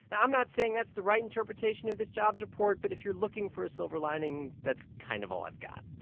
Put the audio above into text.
and i'm not saying that's the right interpretation of this jobs report, but if you're looking for a silver lining, that's kind of all i've got